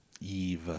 Eve